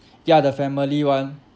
ya the family one